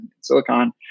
silicon